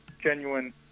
genuine